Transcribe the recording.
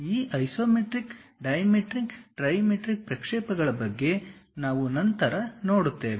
ಈ isometric dimetric trimetric ಪ್ರಕ್ಷೇಪಗಳ ಬಗ್ಗೆ ನಾವು ನಂತರ ನೋಡುತ್ತೇವೆ